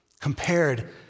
Compared